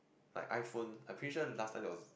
like iPhone I am pretty sure last time there was